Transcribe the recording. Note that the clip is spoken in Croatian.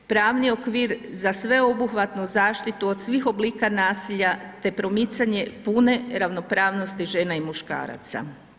Pravni okvir za sve obuhvatnu zaštitu od svih oblika nasilja te promicanje pune ravnopravnosti žena i muškaraca.